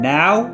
now